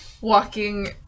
walking